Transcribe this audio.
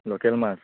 local মাছ